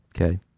Okay